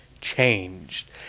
changed